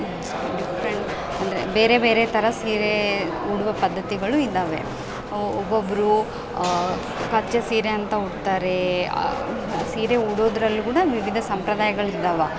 different ಅಂದರೆ ಬೇರೆ ಬೇರೆ ಥರ ಸೀರೆ ಉಡುವ ಪದ್ದತಿಗಳು ಇದಾವೆ ಅವು ಒಬ್ಬೊಬ್ಬರು ಕಚ್ಚೆ ಸೀರೆ ಅಂತ ಉಡ್ತಾರೆ ಸೀರೆ ಉಡೋದರಲ್ಲು ಕೂಡ ವಿವಿಧ ಸಂಪ್ರದಾಯಗಳಿದ್ದಾವೆ